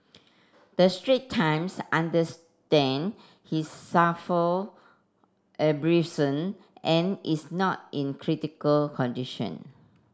the Straits Times understand he suffer abrasion and is not in critical condition